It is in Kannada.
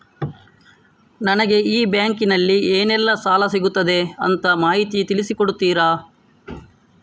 ನನಗೆ ಈ ಬ್ಯಾಂಕಿನಲ್ಲಿ ಏನೆಲ್ಲಾ ಸಾಲ ಸಿಗುತ್ತದೆ ಅಂತ ಮಾಹಿತಿಯನ್ನು ತಿಳಿಸಿ ಕೊಡುತ್ತೀರಾ?